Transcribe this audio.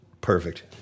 perfect